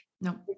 No